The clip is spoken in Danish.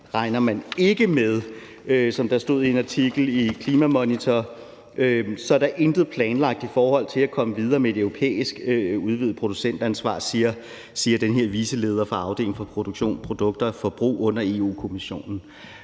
regner man ikke med. Kl. 16:09 Som der stod i en artikel i Klimamonitor, er der intet planlagt i forhold til at komme videre med et europæisk udvidet producentansvar, siger den her viceleder fra afdelingen for produktion, produkter og forbrug under Europa-Kommissionen.